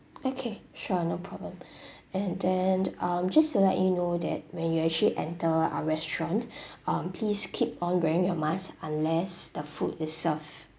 okay sure no problem and then um just to let you know that when you actually enter our restaurant um please keep on wearing your mask unless the food is served